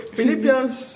Philippians